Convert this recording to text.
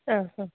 ആ ഓ